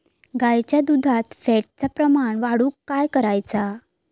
गाईच्या दुधात फॅटचा प्रमाण वाढवुक काय करायचा?